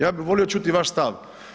Ja bi volio čuti vaš stav.